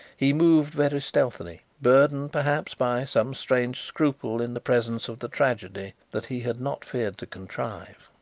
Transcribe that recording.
he moved very stealthily, burdened, perhaps, by some strange scruple in the presence of the tragedy that he had not feared to contrive,